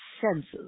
senses